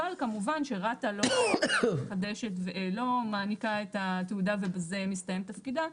אבל כמובן שרת"א לא מעניקה את התעודה ובזה מסתיים תפקידה.